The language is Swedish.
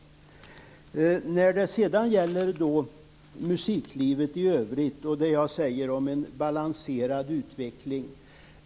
Sedan gäller det musiklivet i övrigt och det jag säger om en balanserad utveckling.